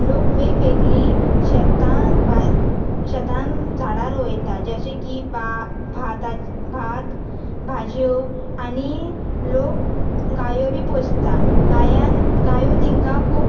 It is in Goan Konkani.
लोक वेगळीवेगळी शेतां शेतान झाडां रोंयता जशें की भा भातचे भात भाजयो आनी लोक गायो बीन पोसतां गायो तांकां खूब